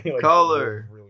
Color